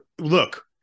Look